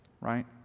right